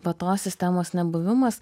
va tos sistemos nebuvimas